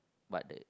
but that